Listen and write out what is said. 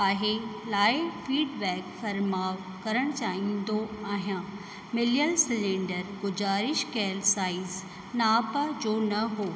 आहे लाइ फीडबैक फरमां करण चाहींदो आहियां मिलियल सिलेंडर गुजारिश कयल साईज़ नाप जो न हो